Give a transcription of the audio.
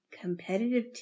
Competitive